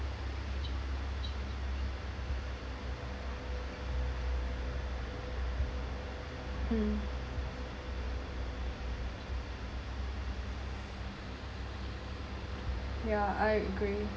mm yeah I agree